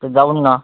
ते जाऊ ना